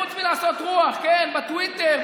חוץ מלעשות רוח בטוויטר,